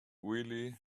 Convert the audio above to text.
really